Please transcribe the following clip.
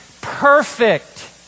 perfect